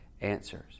answers